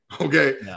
okay